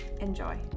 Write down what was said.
Enjoy